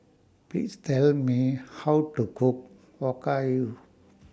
Please Tell Me How to Cook Okayu